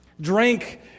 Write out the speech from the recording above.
drank